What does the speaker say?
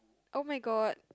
[oh]-my-god